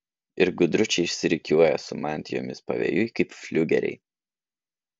ir gudručiai išsirikiuoja su mantijomis pavėjui kaip fliugeriai